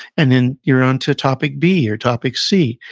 and then, you're on to topic b or topic c,